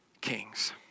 kings